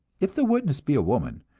if the witness be a woman,